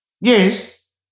Yes